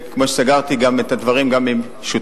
כמו שסגרתי גם את הדברים עם שותפך,